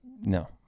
No